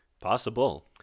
possible